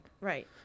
Right